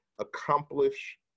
accomplish